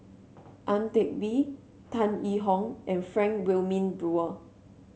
Ang Teck Bee Tan Yee Hong and Frank Wilmin Brewer